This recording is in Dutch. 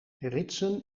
ritsen